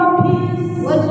peace